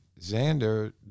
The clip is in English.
xander